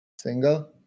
Single